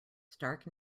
stark